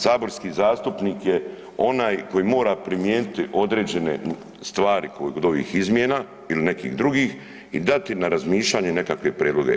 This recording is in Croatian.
Saborski zastupnik je onaj koji mora primijeniti određene stvari kod ovih izmjena il nekih drugih i dati na razmišljanje nekakve prijedloge.